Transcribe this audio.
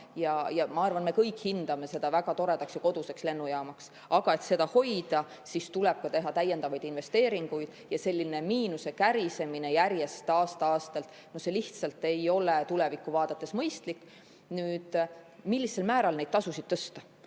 Ma arvan, et me kõik hindame seda ning peame väga toredaks ja koduseks lennujaamaks. Aga et seda hoida, tuleb teha täiendavaid investeeringuid. Selline miinuse kärisemine järjest enam, aasta-aastalt lihtsalt ei ole tulevikku vaadates mõistlik. Millisel määral neid tasusid tõsta,